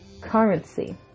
currency